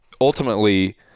ultimately